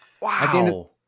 Wow